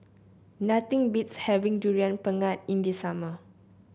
nothing beats having Durian Pengat in the summer